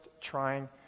trying